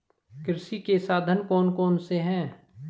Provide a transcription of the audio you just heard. कृषि के साधन कौन कौन से हैं?